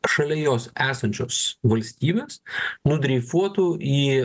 šalia jos esančios valstybės nudreifuotų į